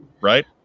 Right